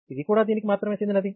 ఇది కూడా దీనికి మాత్రమే చెందినది